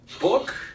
book